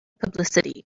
publicity